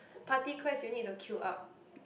party quest you need to queue up